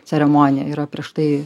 ceremoniją yra prieš tai